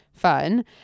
Fun